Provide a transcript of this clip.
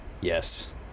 Yes